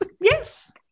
yes